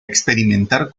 experimentar